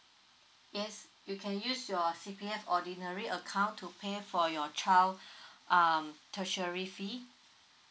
yes you can use your C_P_F ordinary account to pay for your child um tertiary fee